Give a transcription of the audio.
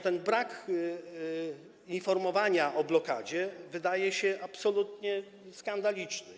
Ten brak informowania o blokadzie wydaje się absolutnie skandaliczny.